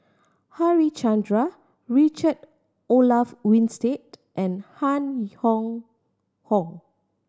Harichandra Richard Olaf Winstedt and Han Hong Hong